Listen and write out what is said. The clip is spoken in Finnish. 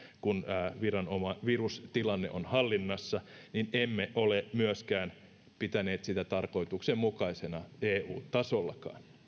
kun virustilanne on hallinnassa että emme ole pitäneet sitä tarkoituksenmukaisena myöskään eu tasolla